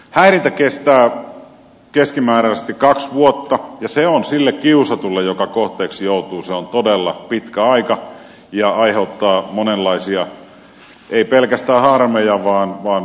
häirintä kestää keskimääräisesti kaksi vuotta ja se on sille kiusatulle joka kohteeksi joutuu todella pitkä aika ja se aiheuttaa monenlaisia ei pelkästään harmeja vaan myöskin mielenterveysongelmia